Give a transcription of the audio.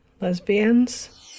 Lesbians